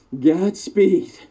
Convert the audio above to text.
Godspeed